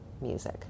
music